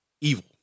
evil